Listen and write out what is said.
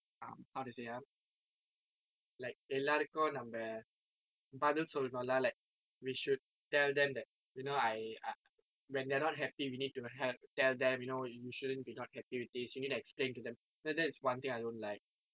um how to say ah like எல்லோருக்கும் நம்ம பதில் சொல்லணும்:elorukkum namma pathil sollanum lah like we should tell them that you know I I when they are not happy we need to hel~ tell them you know you shouldn't be not happy with this you need to explain to them that's one thing I don't like